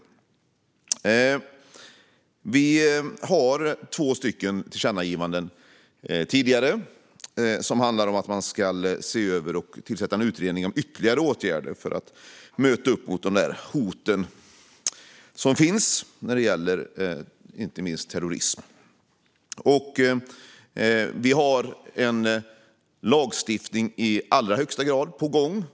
Det finns två tidigare tillkännagivanden som handlar om att man ska se över och tillsätta en utredning om ytterligare åtgärder för att möta hoten som finns på detta område, inte minst terrorism. Lagstiftning är i allra högsta grad på gång.